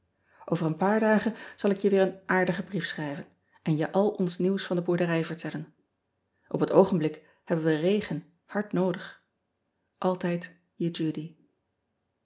ver een paar dagen zal ik je weer een aardigen brief schrijven en je al ons nieuws van de boerderij vertellen p het oogenblik hebben we regen hard noodig ltijd